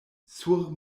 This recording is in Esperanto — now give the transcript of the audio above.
sur